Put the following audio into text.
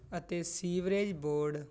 ਅਤੇ sewerage board